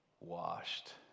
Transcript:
washed